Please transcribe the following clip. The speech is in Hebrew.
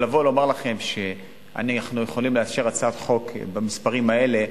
אבל לבוא ולומר לכם שאנחנו יכולים לאשר הצעת חוק במספרים האלה,